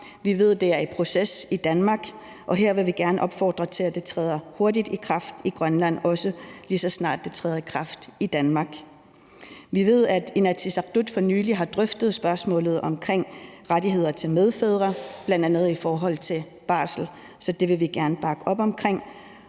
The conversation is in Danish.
Vi ved, at det er i proces i Danmark, og her vil vi gerne opfordre til, at det træder i kraft i Grønland, lige så snart det træder i kraft i Danmark. Vi ved, at Inatsisartut for nylig har drøftet spørgsmålet om rettigheder til medfædre, bl.a. i forhold til barsel, så det vil vi gerne bakke op om.